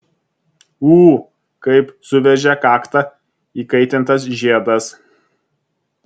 ū kaip suveržė kaktą įkaitintas žiedas